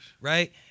right